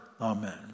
amen